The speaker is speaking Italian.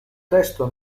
testo